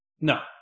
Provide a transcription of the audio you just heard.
No